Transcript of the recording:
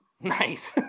nice